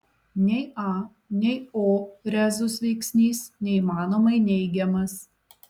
nei a nei o rezus veiksnys neįmanomai neigiamas